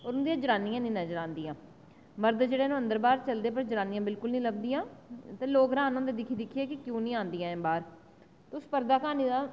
होर उंदियां जनानियां निं नज़र आंदियां ते मर्द जेह्ड़े न ओह् अंदर बाहर चलदे पर जनानियां बिल्कुल निं लभदियां ते लोग रहान होंदे उसी दिक्खी दिक्खियै कि एह् कीऽ निं आंदियां बाहर ते उस घर दा भामें